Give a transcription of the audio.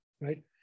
right